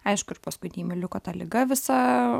aišku ir pasku deimiliuko ta liga visa